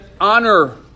honor